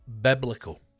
Biblical